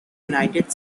united